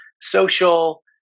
social